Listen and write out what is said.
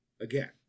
again